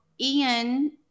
Ian